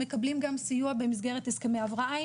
מקבלים גם סיוע במסגרת הסכמי הבראה,